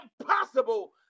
impossible